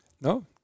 No